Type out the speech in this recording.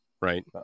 Right